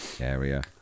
area